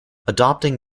adopting